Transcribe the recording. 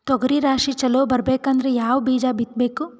ತೊಗರಿ ರಾಶಿ ಚಲೋ ಬರಬೇಕಂದ್ರ ಯಾವ ಬೀಜ ಬಿತ್ತಬೇಕು?